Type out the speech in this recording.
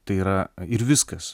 tai yra ir viskas